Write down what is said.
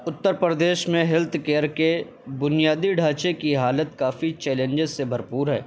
اتر پردیش میں health care کے بنیادی ڈھانچے کی حالت کافی چیلنجز سے بھرپور ہے